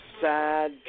sad